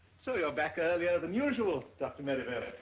so you're back earlier than usual doctor merrivale.